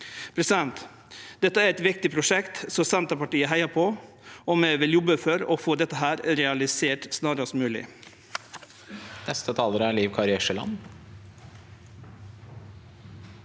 regjering. Dette er eit viktig prosjekt som Senterpartiet heiar på, og vi vil jobbe for å få dette realisert snarast mogleg.